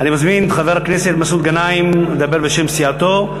אני מזמין את חבר הכנסת מסעוד גנאים לדבר בשם סיעתו.